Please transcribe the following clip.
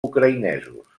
ucraïnesos